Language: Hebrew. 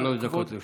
שלוש דקות לרשותך.